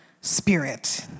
spirit